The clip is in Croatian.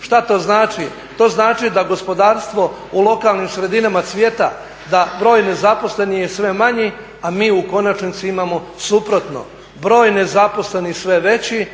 Što to znači? To znači da gospodarstvo u lokalnim sredinama cvjeta, da broj nezaposlenih je sve manji, a mi u konačnici imamo suprotno, broj nezaposlenih je sve veći,